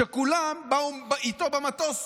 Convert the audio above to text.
כולם באו איתו במטוס.